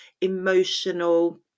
emotional